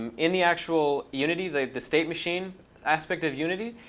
um in the actual unity, the the state machine aspect of unity.